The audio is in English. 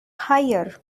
higher